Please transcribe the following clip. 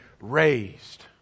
raised